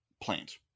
plant